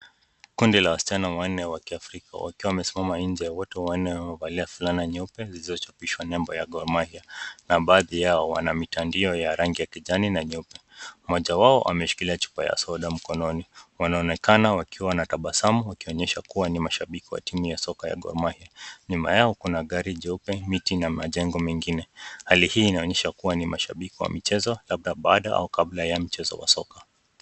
Kundi la wasichana wanne wa kiafrika, wakiwa wamesimama nje. Wote wanne wamevalia fulana nyeupe zilizochapishwa nembo ya Gor Mahia na baadhi yao wana mitandio ya rangi ya kijani na nyeupe. Mmoja wao ameshikilia chupa ya soda mkononi. Wanaonekana wakiwa na tabasamu wakionyesha kuwa ni mashabiki wa timu ya soka ya Gor Mahia. Nyuma yao kuna gari jeupe, miti na majengo mengine. Hali hii inaonyesha kuwa ni mashabiki wa michezo, labda baada au kabla ya mchezo wa soka.